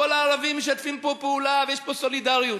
כל הערבים משתפים פה פעולה ויש פה סולידריות.